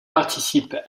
participe